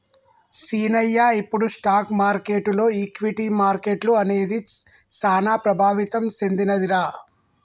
సీనయ్య ఇప్పుడు స్టాక్ మార్కెటులో ఈక్విటీ మార్కెట్లు అనేది సాన ప్రభావితం సెందినదిరా